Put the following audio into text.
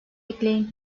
ekleyin